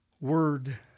word